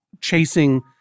chasing